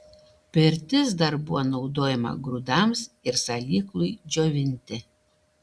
pirtis dar buvo naudojama grūdams ir salyklui džiovinti